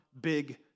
big